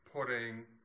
putting